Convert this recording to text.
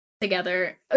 together